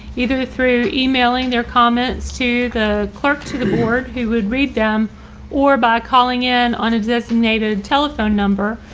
either through emailing their comments to the clerk to the board who would read them or by calling in on a designated telephone number.